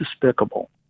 despicable